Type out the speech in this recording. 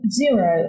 zero